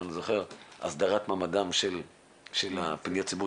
הסדרת מעמדם של ממוני פניות ציבור.